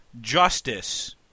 justice